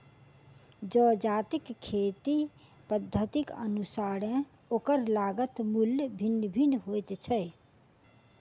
जजातिक खेती पद्धतिक अनुसारेँ ओकर लागत मूल्य भिन्न भिन्न होइत छै